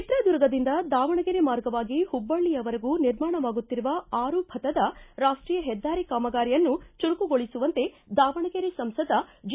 ಚಿತ್ರದುರ್ಗದಿಂದ ದಾವಣಗೆರೆ ಮಾರ್ಗವಾಗಿ ಹುಬ್ಲಳ್ಳಿಯವರೆಗೂ ನಿರ್ಮಾಣವಾಗುತ್ತಿರುವ ಆರು ಪಥದ ರಾಷ್ಷೀಯ ಹೆದ್ದಾರಿ ಕಾಮಗಾರಿಯನ್ನು ಚುರುಕುಗೊಳಿಸುವಂತೆ ದಾವಣಗೆರೆ ಸಂಸದ ಜಿ